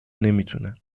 نمیتونم